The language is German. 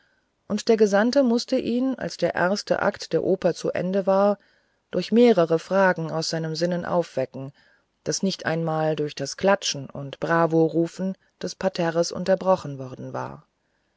und der gesandte mußte ihn als der erste akt der oper zu ende war durch mehrere fragen aus seinem sinnen aufwecken das nicht einmal durch das klatschen und bravorufen des parterres unterbrochen worden war